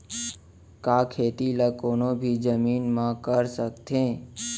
का खेती ला कोनो भी जमीन म कर सकथे?